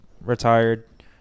retired